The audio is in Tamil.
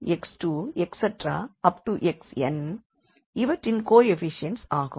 xn இவற்றின் கோ எபிஷியண்ட்ஸ் ஆகும்